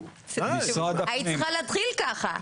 היית צריכה להתחיל ככה,